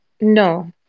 No